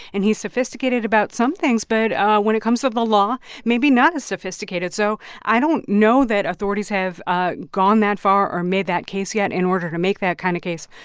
and he's sophisticated about some things. but when it comes to the law, maybe not as sophisticated. so i don't know that authorities have ah gone that far or made that case yet. in order to make that kind of case,